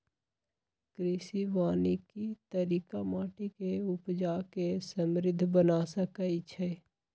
कृषि वानिकी तरिका माटि के उपजा के समृद्ध बना सकइछइ